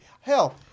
hell